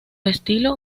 estilo